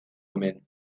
hemen